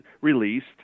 released